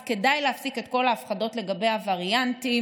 אז כדאי להפסיק את כל ההפחדות לגבי הווריאנטים.